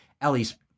Ellie's